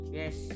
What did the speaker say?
yes